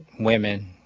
women,